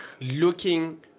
looking